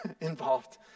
involved